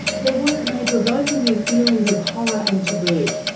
their work may provoke in you feelings of horror and taboo.